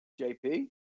JP